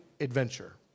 adventure